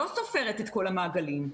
שזה בעצם מסביר למה אנחנו